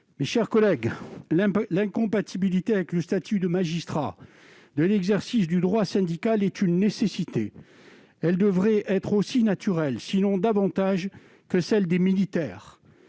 Mes chers collègues, l'incompatibilité avec le statut de magistrat de l'exercice du droit syndical est une nécessité. Elle devrait être aussi naturelle, sinon davantage, que celle des militaires.